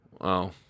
Wow